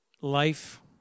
life